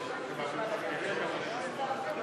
נתקבל.